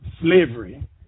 slavery